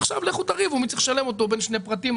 עכשיו לכו ותריבו מי צריך לשלם בין שני פרטים,